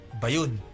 Bayun